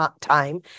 time